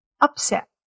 upset